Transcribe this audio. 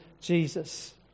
Jesus